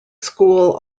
school